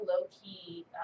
low-key